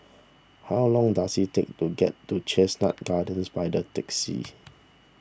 how long does it take to get to Chestnut Gardens by the taxi